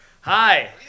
Hi